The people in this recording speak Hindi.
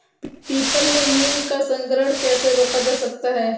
पीपल में नीम का संकरण कैसे रोका जा सकता है?